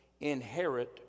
inherit